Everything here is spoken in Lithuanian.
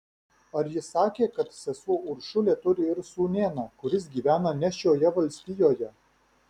ar ji sakė kad sesuo uršulė turi ir sūnėną kuris gyvena ne šioje valstijoje